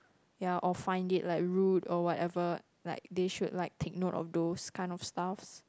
ya or find it like rude or whatever like they should like take note of those kind of stuffs